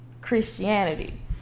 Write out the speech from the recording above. Christianity